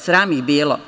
Sram ih bilo!